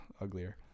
uglier